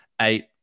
Eight